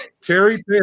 Terry